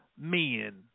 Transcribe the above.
men